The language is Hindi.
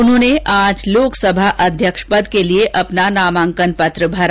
उन्होंने आज लोकसभा अध्यक्ष पद के लिए अपना नामांकन पत्र भरा